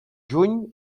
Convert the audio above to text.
juny